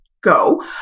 go